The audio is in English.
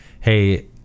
hey